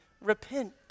repent